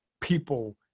people